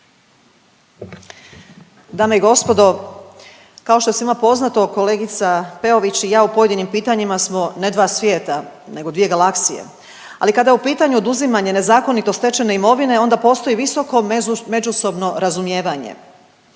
Dame i gospodo, kao što je svima poznato kolegica Peović i ja u pojedinim pitanjima smo ne dva svijeta, nego dvije galaksije. Ali kada je u pitanju oduzimanje nezakonito stečene imovine onda postoji visoko međusobno razumijevanje.